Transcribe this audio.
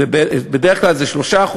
בדרך כלל זה 3%,